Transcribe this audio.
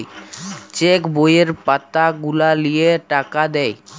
check বইয়ের পাতা গুলা লিয়ে টাকা দেয়